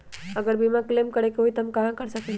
अगर बीमा क्लेम करे के होई त हम कहा कर सकेली?